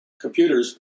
computers